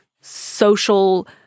social